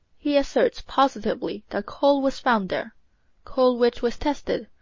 he asserts positively that coal was found there coal which was tested,